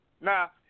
Now